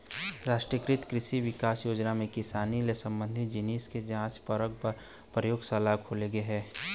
रास्टीय कृसि बिकास योजना म किसानी ले संबंधित जिनिस के जांच परख पर परयोगसाला खोले गे हे